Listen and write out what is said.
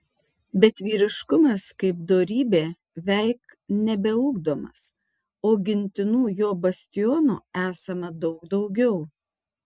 bet vyriškumas kaip dorybė veik nebeugdomas o gintinų jo bastionų esama daug daugiau